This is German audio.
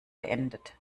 beendet